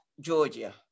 Georgia